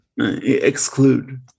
Exclude